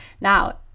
Now